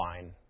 fine